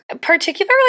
particularly